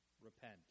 Repent